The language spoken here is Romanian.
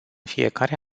fiecare